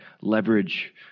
leverage